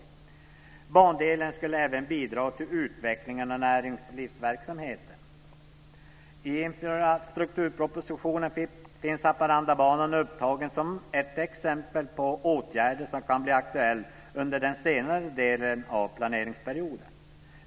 Bandelen skulle även bidra till utvecklingen av näringslivsverksamheten. I infrastrukturpropositionen finns Haparandabanan upptagen som exempel på en åtgärd som kan bli aktuell under den senare delen av planeringsperioden.